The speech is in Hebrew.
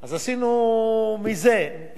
אבל לא מה-5,000.